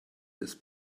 ist